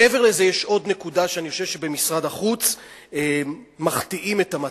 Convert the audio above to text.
מעבר לזה יש עוד נקודה שאני חושב שבמשרד החוץ מחטיאים את המטרה.